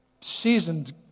seasoned